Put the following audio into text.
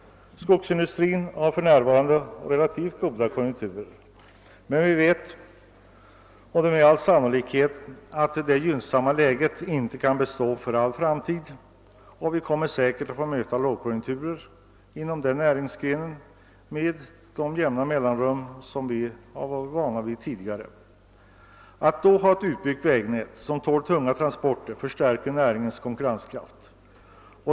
Skogsindustrin har för närvarande relativt goda konjunkturer, men vi vet att det gynnsamma läget med all sannolikhet inte kan bestå för all fram tid. Vi kommer säkert att få möta lågkonjunkturer inom den näringsgrenen med jämna mellanrum liksom tidigare. Att då ha ett utbyggt vägnät som tål tunga transporter förstärker näringens konkurrenskraft.